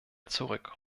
zurück